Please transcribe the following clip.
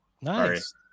Nice